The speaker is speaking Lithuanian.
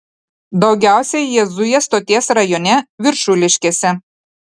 daugiausiai jie zuja stoties rajone viršuliškėse